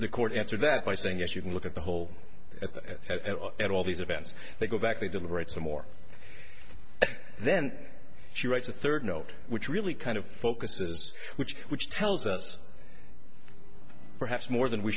the court answer that by saying yes you can look at the whole at that at all these events they go back to deliberate some more then she writes a third note which really kind of focuses which which tells us perhaps more than we